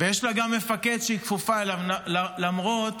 ויש לה גם מפקד שהיא כפופה אליו, למרות